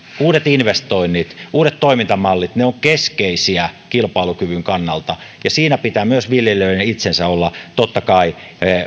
uudet investoinnit uudet toimintamallit ne ovat keskeisiä kilpailukyvyn kannalta siinä pitää myös viljelijöiden itsensä olla totta kai